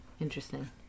Interesting